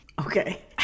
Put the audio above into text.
Okay